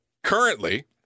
Currently